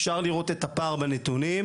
אפשר לראות את הפער בנתונים.